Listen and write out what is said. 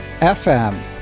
FM